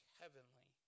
heavenly